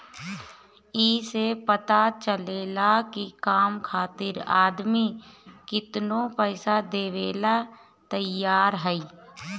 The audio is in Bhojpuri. ए से ई पता चलेला की काम खातिर आदमी केतनो पइसा देवेला तइयार हअ